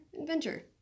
adventure